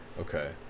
Okay